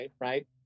right